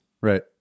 right